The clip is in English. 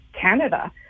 Canada